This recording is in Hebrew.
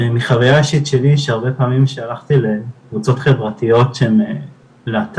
ומחוויה אישית שלי של הרבה פעמים שהלכתי לקבוצות חברתיות שהם להט"בים,